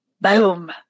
boom